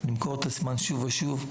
למכור את עצמן שוב ושוב,